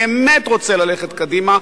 באמת רוצה ללכת קדימה,